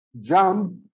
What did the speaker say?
jump